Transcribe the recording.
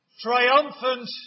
triumphant